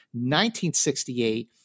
1968